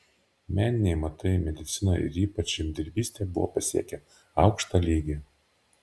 meniniai amatai medicina ir ypač žemdirbystė buvo pasiekę aukštą lygį